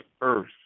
earth